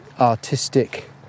artistic